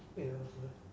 ya why